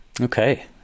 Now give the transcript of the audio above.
Okay